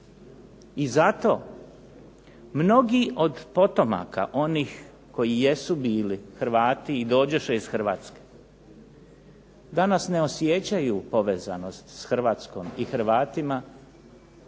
I zato mnogi od potomaka onih koji jesu bili HRvati i dođoše iz HRvatske danas ne osjećaju povezanost s Hrvatskom i Hrvatimo,